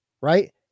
right